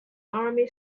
army